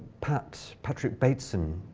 patrick patrick bateson,